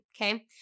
okay